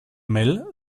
mel